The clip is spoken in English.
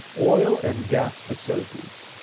oil and gas facilities.